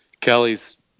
Kelly's